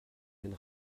den